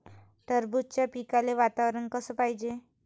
टरबूजाच्या पिकाले वातावरन कस पायजे?